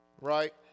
Right